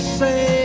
say